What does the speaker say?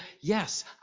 yes